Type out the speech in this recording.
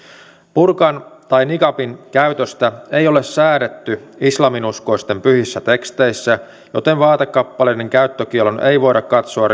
burkan tai niqabin käytöstä ei ole säädetty islaminuskoisten pyhissä teksteissä joten vaatekappaleiden käyttökiellon ei voida katsoa